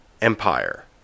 Empire